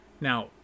Now